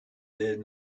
did